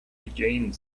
regained